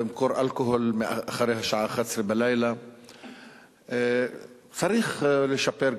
למכור אלכוהול אחרי השעה 23:00. צריך לשפר,